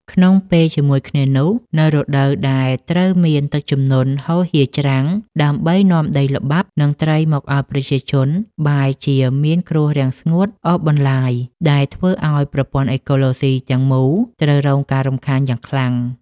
ក្នុងពេលជាមួយគ្នានោះ នៅរដូវដែលត្រូវមានទឹកជំនន់ហូរហៀរច្រាំងដើម្បីនាំដីល្បាប់ និងត្រីមកឱ្យប្រជាជន បែរជាមានគ្រោះរាំងស្ងួតអូសបន្លាយ ដែលធ្វើឱ្យប្រព័ន្ធអេកូឡូស៊ីទាំងមូលត្រូវរងការរំខានយ៉ាងខ្លាំង។